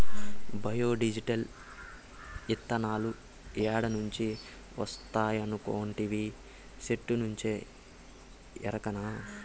bio diesel, ఇతనాలు ఏడ నుంచి వస్తాయనుకొంటివి, సెట్టుల్నుంచే ఎరకనా